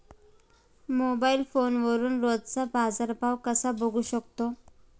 Mobile फोनवरून रोजचा बाजारभाव कसा बघू शकतो?